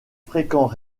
fréquents